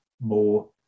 more